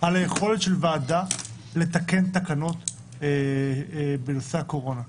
על היכולת של ועדה לתקן תקנות בנושא הקורונה.